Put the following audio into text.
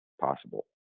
possible